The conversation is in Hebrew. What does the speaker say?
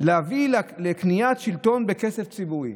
להביא לקניית שלטון בכסף ציבורי.